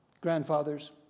grandfathers